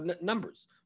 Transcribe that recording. numbers